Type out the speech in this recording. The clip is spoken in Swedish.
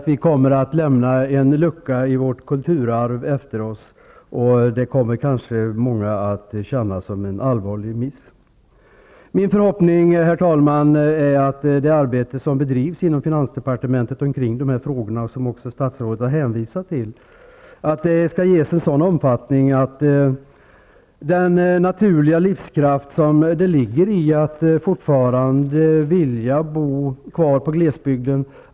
Vi lämnar en lucka i vårt kulturarv efter oss, och det torde många komma att betrakta som en allvarlig miss. Min förhoppning, herr talman, är att det arbete som bedrivs inom finansdepartementet kring dessa frågor, något som statsrådet också har hänvisat till, skall ges en sådan omfattning att man understödjer den naturliga livskraft som ligger i att människor fortfarande vill bo kvar i glesbygden.